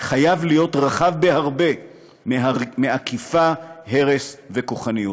חייב להיות רחב בהרבה מאכיפה, הרס וכוחניות.